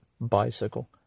bicycle